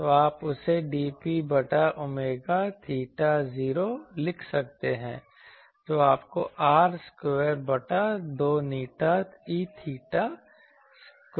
तो आप उसे dP बटा ओमेगा theta 0 लिख सकते हैं जो आपको r स्क्वायर बटा 2η E𝚹 स्क्वायर देगा